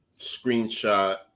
screenshot